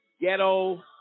ghetto